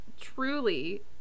truly